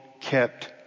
kept